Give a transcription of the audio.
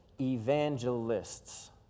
evangelists